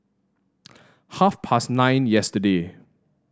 half past nine yesterday